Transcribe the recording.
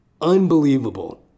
unbelievable